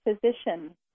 physician